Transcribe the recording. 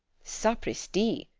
sapristi!